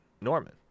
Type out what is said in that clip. Norman